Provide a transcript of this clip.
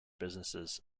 businesses